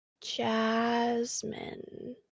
Jasmine